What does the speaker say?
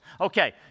Okay